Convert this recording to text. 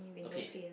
okay